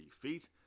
feet